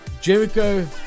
Jericho